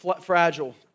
fragile